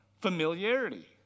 familiarity